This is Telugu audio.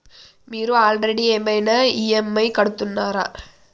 మీరు ఆల్రెడీ ఏమైనా ఈ.ఎమ్.ఐ కడుతున్నారా?